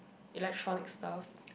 electronic stuff